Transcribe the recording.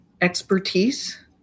expertise